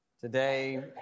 Today